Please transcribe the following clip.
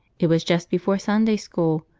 it was just before sunday-school.